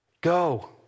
Go